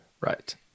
Right